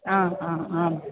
आ आ आम्